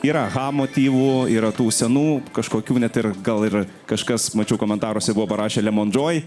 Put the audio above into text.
ir aha motyvų yra tų senų kažkokių net ir gal ir kažkas mačiau komentaruose buvo parašė lemon joy